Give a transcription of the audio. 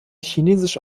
chinesisch